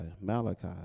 malachi